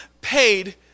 paid